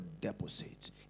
deposits